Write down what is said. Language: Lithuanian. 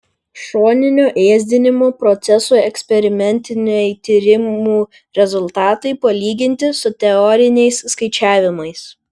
šoninio ėsdinimo procesų eksperimentiniai tyrimų rezultatai palyginti su teoriniais skaičiavimais